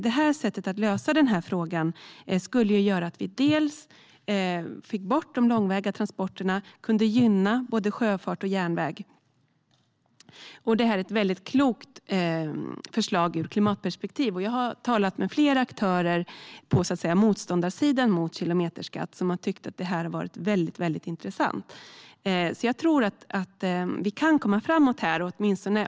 Det här sättet att lösa frågan skulle göra att vi dels fick bort de långväga transporterna, dels kunde gynna både sjöfart och järnväg. Det här är ett väldigt klokt förslag ur klimatperspektiv. Jag har talat med flera aktörer på motståndarsidan mot kilometerskatt som har tyckt att det här har varit väldigt intressant. Jag tror att vi kan komma framåt här.